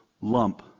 lump